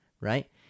right